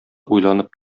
уйланып